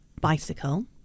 Bicycle